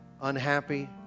Unhappy